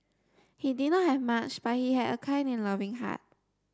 he did not have much but he had a kind and loving heart